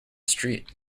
street